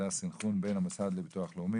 זה הסנכרון בין המוסד לביטוח לאומי,